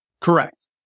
Correct